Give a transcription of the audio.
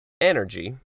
Energy